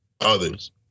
others